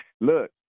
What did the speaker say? Look